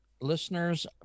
listeners